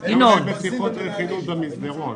זה בשיחות רכילות במסדרון.